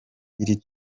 iri